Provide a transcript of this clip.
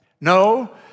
No